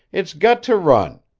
it's got to run,